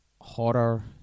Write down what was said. horror